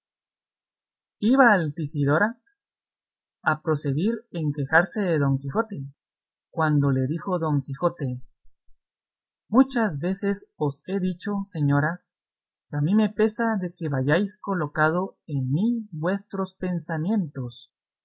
iba altisidora a proseguir en quejarse de don quijote cuando le dijo don quijote muchas veces os he dicho señora que a mí me pesa de que hayáis colocado en mí vuestros pensamientos